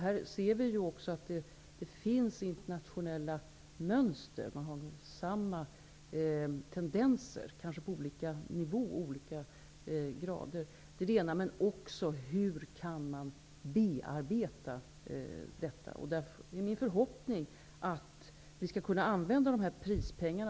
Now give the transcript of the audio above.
Vi ser att det finns internationella mönster -- man har samma tendenser, men kanske på olika nivå och av olika grader. Vi vill också få del av erfarenheter av hur man kan bearbeta problemen. Jag tycker att vi i Sverige skall vara stolta över att ha fått dessa prispengar.